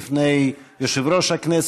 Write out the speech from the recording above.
בפני יושב-ראש הכנסת,